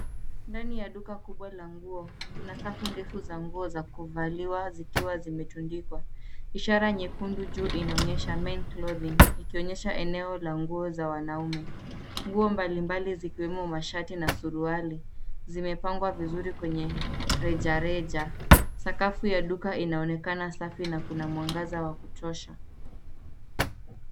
Ndani ya duka kubwa la nguo, kuna safu ndevu za nguo za kuvaliwa zikiwa zimetundikwa, ishara nyekundu juu inaonyesha Men Clothing , ikionyesha eneo la nguo za wanaume. Nguo mbalimbali zikiwemo mashati na suruali zimepangwa vizuri kwenye rejareja, sakafu ya duka inaonekana safi na kuna mwangaza wa kutosha.